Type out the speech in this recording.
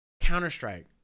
counter-strike